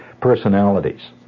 personalities